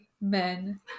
men